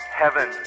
heaven